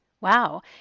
Wow